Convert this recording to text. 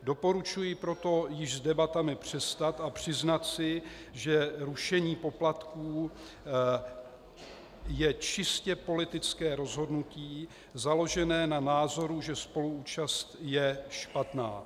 Doporučuji proto již s debatami přestat a přiznat si, že rušení poplatků je čistě politické rozhodnutí, založené na názoru, že spoluúčast je špatná.